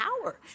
power